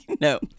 No